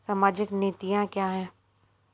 सामाजिक नीतियाँ क्या हैं?